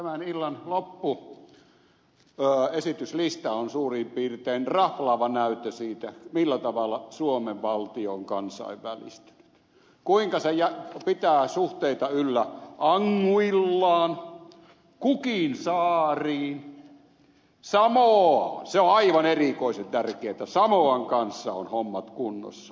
tämän illan esityslistan loppu on suurin piirtein raflaava näyttö siitä millä tavalla suomen valtio on kansainvälistynyt kuinka se pitää suhteita yllä anguillaan cookinsaariin samoaan se on aivan erikoisen tärkeätä että samoan kanssa on hommat kunnossa